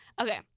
okay